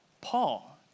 Paul